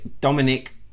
Dominic